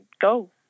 go